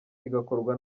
igakorwa